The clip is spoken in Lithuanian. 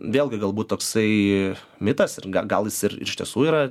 vėlgi galbūt toksai mitas ir gal jis ir iš tiesų yra